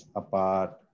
apart